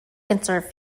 conserve